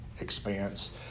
expanse